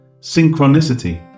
synchronicity